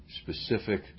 specific